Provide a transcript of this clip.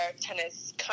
tennis